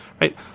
right